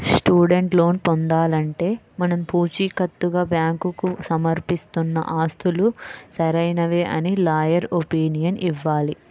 student loan పొందాలంటే మనం పుచీకత్తుగా బ్యాంకుకు సమర్పిస్తున్న ఆస్తులు సరైనవే అని లాయర్ ఒపీనియన్ ఇవ్వాలి